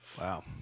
Wow